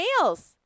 nails